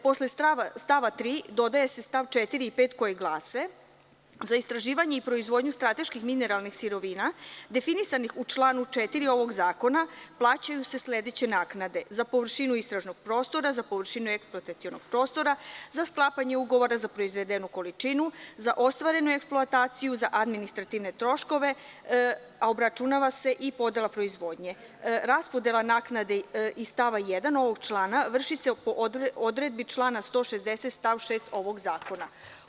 Posle stava 3. dodaje se st. 4. i 5. koji glase: „Za istraživanje i proizvodnju strateških mineralnih sirovina, definisanih u članu 4. ovog zakona, plaćaju se sledeće naknade: za površinu istražnog prostora, za površinu eksploatacionog prostora, za sklapanje ugovora, za proizvedenu količinu, za ostvarenu eksploataciju, za administrativne troškove, a obračunava se i podela proizvodnje.“ Raspodela naknade iz stava 1. ovog člana vrši se po odredbi člana 160. stav 6. ovog zakona.